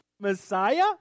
messiah